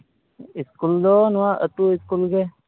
school ᱫᱚ ᱱᱚᱣᱟ ᱟᱛᱳ ᱥᱠᱩᱞ ᱜᱮ